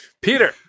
Peter